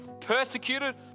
persecuted